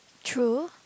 true